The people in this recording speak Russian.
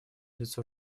лицо